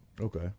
Okay